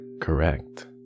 correct